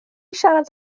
siarad